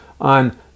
on